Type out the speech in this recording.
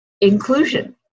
inclusion